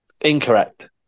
Incorrect